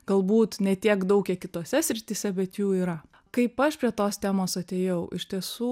galbūt ne tiek daug kiek kitose srityse bet jų yra kaip aš prie tos temos atėjau iš tiesų